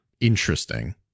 interesting